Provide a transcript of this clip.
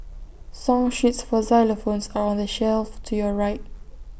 song sheets for xylophones are on the shelf to your right